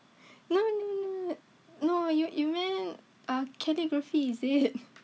no no no you you meant ah calligraphy is it